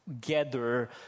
gather